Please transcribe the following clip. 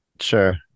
Sure